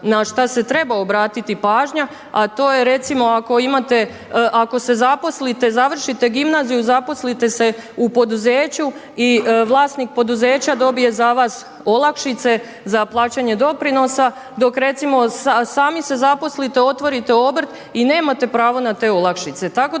na što se treba obratiti pažnja, a to je recimo ako se zaposlite, završite gimnaziju i zaposlite se u poduzeću i vlasnik poduzeća dobije za vas olakšice za plaćanje doprinosa, dok recimo sami se zaposlite, otvorite obrt i nemate pravo na te olakšice.